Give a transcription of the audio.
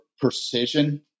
precision